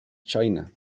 china